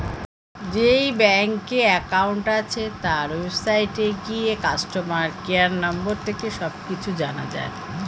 যেই ব্যাংকে অ্যাকাউন্ট আছে, তার ওয়েবসাইটে গিয়ে কাস্টমার কেয়ার নম্বর থেকে সব কিছু জানা যায়